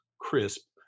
crisp